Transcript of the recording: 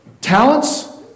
talents